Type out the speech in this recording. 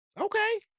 Okay